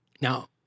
Now